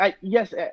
yes